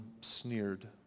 sneered